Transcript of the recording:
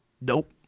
Nope